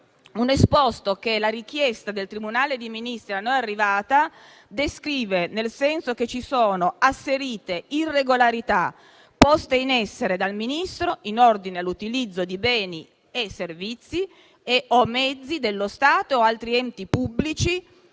un esposto che la richiesta del Tribunale dei Ministri - arrivata a noi - descrive nel senso che ci sono asserite irregolarità, poste in essere dal Ministro in ordine all'utilizzo di beni, servizi e/o mezzi dello Stato o altri enti pubblici